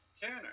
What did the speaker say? Tanner